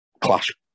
Clash